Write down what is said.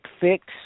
fix